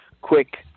quick